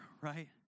right